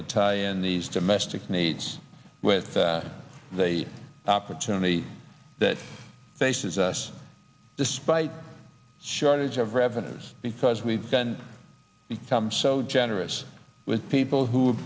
to tie in these domestic needs with the opportunity that faces us despite shortage of revenues because we can become so generous with people who